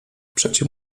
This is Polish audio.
przecie